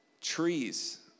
trees